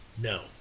No